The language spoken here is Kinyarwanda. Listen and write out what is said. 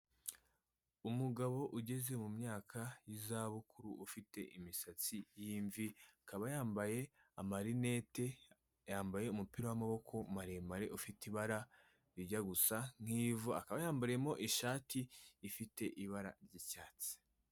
Umugabo ugeze mu myaka y'izabukuru, ufite imisatsi y'imvi, akaba yambaye amarinete, yambaye umupira w'amaboko maremare ufite ibara rijya gusa nk'ivu, akaba yambariyemo ishati ifite ibara ry'icyatsi.